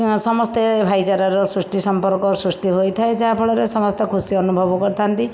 ସମସ୍ତେ ଭାଇଚାରାର ସୃଷ୍ଟି ସମ୍ପର୍କ ସୃଷ୍ଟି ହୋଇଥାଏ ଯାହାଫଳରେ ସମସ୍ତେ ଖୁସି ଅନୁଭବ କରିଥାନ୍ତି